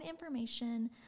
information